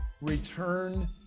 return